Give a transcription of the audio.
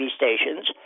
stations